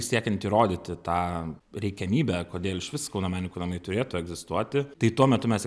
siekiant įrodyti tą reikiamybę kodėl išvis kauno menininkų namai turėtų egzistuoti tai tuo metu mes